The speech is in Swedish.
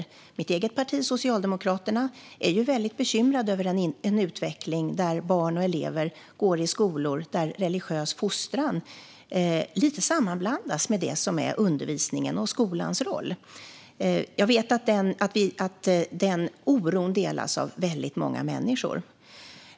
I mitt eget parti, Socialdemokraterna, är vi väldigt bekymrade över den utveckling som innebär att elever går i skolor där religiös fostran lite sammanblandas med det som är undervisningens och skolans roll. Jag vet att den oron delas av väldigt många människor.